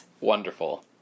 Wonderful